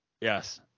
Yes